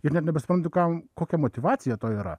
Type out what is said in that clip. ir nt nebesuprantu kam kokia motyvacija to yra